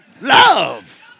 Love